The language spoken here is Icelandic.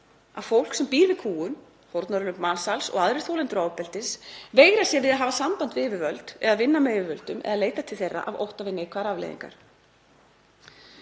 að fólk sem býr við kúgun, fórnarlömb mansals og aðrir þolendur ofbeldis, veigrar sér við að hafa samband við yfirvöld, vinna með yfirvöldum eða leita til þeirra af ótta við neikvæðar afleiðingar.